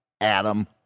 Adam